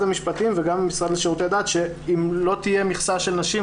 המשפטים וגם מהמשרד לשירותי דת שאם לא תהיה מכסה של נשים,